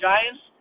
Giants